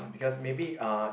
because maybe uh